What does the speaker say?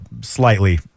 slightly